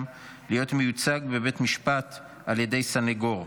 להיות מיוצג בבית משפט על ידי סנגור.